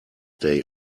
day